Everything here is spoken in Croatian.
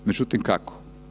Međutim, kako?